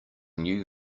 new